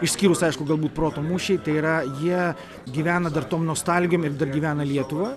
išskyrus aišku galbūt proto mūšį tai yra jie gyvena dar tom nostalgijom ir dar gyvena lietuva